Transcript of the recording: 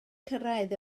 cyrraedd